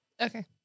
Okay